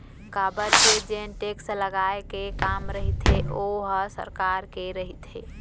काबर के जेन टेक्स लगाए के काम रहिथे ओहा सरकार के रहिथे